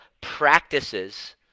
practices